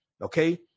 okay